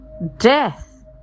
Death